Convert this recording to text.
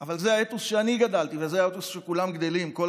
אבל זה האתוס שאני גדלתי עליו וזה האתוס שכולם גדלים עליו,